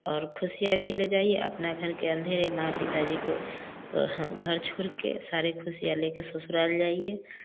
और खुशियाँ भी ले जाइए अपना घर के अँधेरे माँ पिता जी को और हाँ घर छोड़ के सारे खुशियाँ ले के ससुराल जाइए